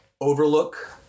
overlook